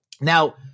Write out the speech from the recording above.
Now